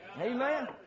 Amen